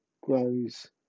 grows